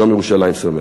יום ירושלים שמח.